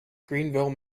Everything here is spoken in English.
greenville